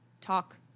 talk